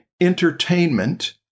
entertainment